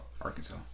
Arkansas